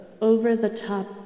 over-the-top